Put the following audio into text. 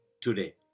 today